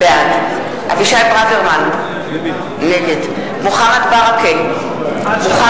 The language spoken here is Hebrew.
בעד אבישי ברוורמן, נגד מוחמד ברכה,